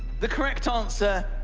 the correct answer,